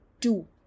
two